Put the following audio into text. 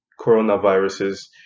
coronaviruses